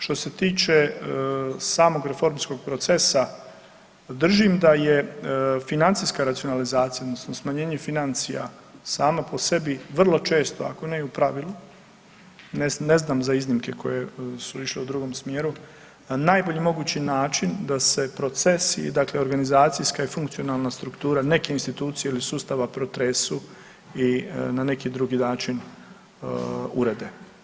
Što se tiče samog reformskog procesa, držim da je financijska racionalizacija odnosno smanjenje financija samo po sebi vrlo često, ako ne i u pravilu, ne znam za iznimke koje su išle u drugom smjeru, na najbolji mogući način da se procesi i dakle organizacijska i funkcionalna struktura neke institucije ili sustava protresu i na neki drugi način urede.